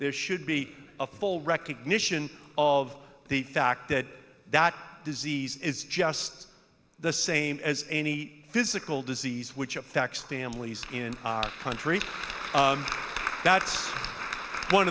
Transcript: there should be a full recognition of the fact that that disease is just the same as any physical disease which are facts families in our country that's one